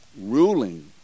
ruling